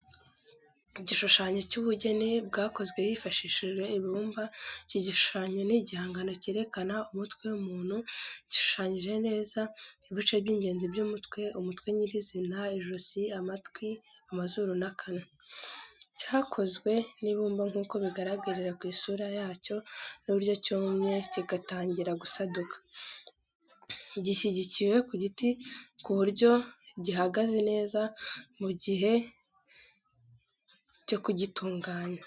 Ibishushanyo by’ubugeni bwakozwe hifashishijwe ibumba Iki gishushanyo ni igihangano cyerekana umutwe w’umuntu gishushanyije neza ibice by’ingenzi by’umutwe umutwe nyir’izina, ijosi, amatwi, amazuru, n’akanwa. Cyakozwe n’ibumba nk'uko bigaragarira ku isura yacyo n’uburyo cyumye kigatangira gusaduka. Gishyigikiwe ku giti ku buryo gihagaze neza mu gihe cyo kugitunganya.